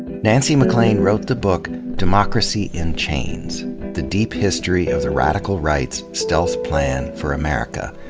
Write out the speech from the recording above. nancy maclean wrote the book, democracy in chains the deep history of the radical right's stealth plan for america,